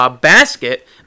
basket